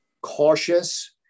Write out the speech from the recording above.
cautious